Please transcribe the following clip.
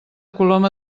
coloma